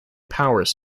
powers